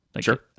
Sure